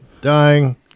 Dying